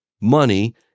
Money